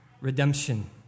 redemption